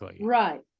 Right